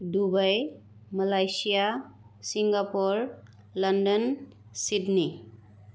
Dubai Malaysia Singapore London Sydney